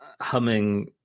humming